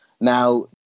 Now